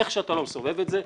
איך שאתה לא מסובב את זה,